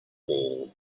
wall